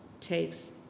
takes